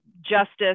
Justice